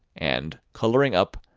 and, colouring up,